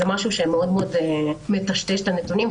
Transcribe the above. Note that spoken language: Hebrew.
זה משהו שמאוד מטשטש את הנתונים,